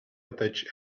attach